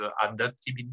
adaptability